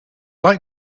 like